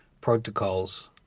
protocols